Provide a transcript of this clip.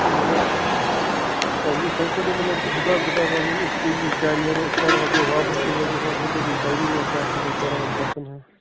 مگر اَسہِ گوٚژھ تَمہِ کھۄتہٕ مطلب حِساب کِتابا یُن أسۍ کٔژِ بجہِ کیٛاہ نیرو أسۍ کر واتو واپس تہِ وٲتِتھ اَسہِ ؤنِو تۄہہِ ٹایمِنٛگا کیٛاہ چھُو تُہۍ کَران اَتہِ بَسن ہُنٛد